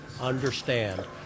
understand